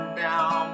down